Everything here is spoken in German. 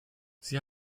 sie